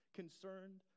concerned